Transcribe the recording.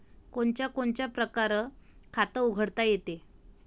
कोनच्या कोनच्या परकारं खात उघडता येते?